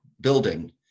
building